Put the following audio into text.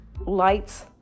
lights